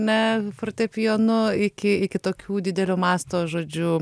ne fortepijonu iki iki tokių didelio masto žodžiu